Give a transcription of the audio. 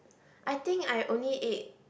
I think I only ate